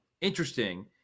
Interesting